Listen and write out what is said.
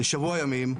לשבוע ימים,